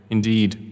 Indeed